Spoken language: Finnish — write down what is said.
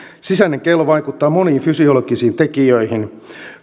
sisäinen kello vaikuttaa moniin fysiologisiin tekijöihin